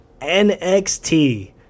NXT